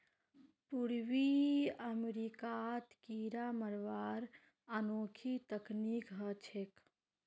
पूर्वी अमेरिकात कीरा मरवार अनोखी तकनीक ह छेक